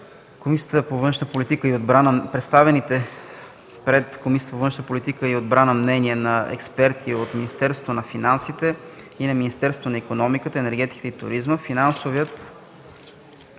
Комисията по външна политика и отбрана мнения на експерти от Министерството на финансите и на Министерството на икономиката, енергетиката и туризма, финансовият